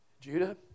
Judah